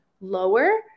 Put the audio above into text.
lower